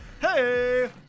hey